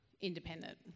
independent